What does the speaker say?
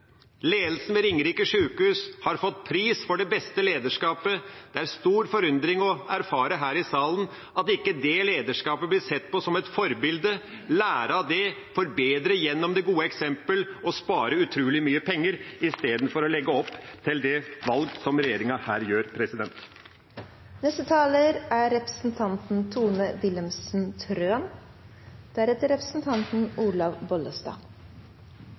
Ledelsen ved Ringerike sykehus har fått pris for det beste lederskapet. Det er med stor forundring jeg erfarer her i salen at det lederskapet ikke blir sett på som et forbilde – at man ikke lærer av det, forbedrer gjennom det gode eksemplet og sparer utrolig mye penger istedenfor å legge opp til det valg som regjeringa her gjør.